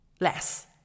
less